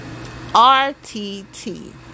RTT